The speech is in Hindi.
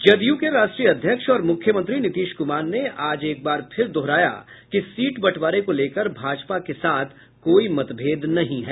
जदयू के राष्ट्रीय अध्यक्ष और मुख्यमंत्री नीतीश कुमार ने आज एक बार फिर दोहराया कि सीट बंटवारे को लेकर भाजपा के साथ कोई मतभेद नहीं है